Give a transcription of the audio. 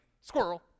squirrel